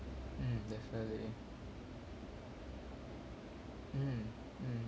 mm definitely mm mm